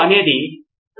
సరే ఇప్పుడు మీరు చెప్పండి